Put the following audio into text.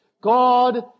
God